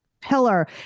pillar